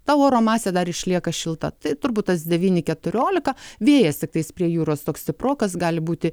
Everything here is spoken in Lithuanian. ta oro masė dar išlieka šilta tai turbūt tas devyni keturiolika vėjas tiktais prie jūros toks stiprokas gali būti